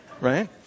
Right